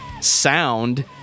sound